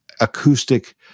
acoustic